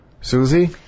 Susie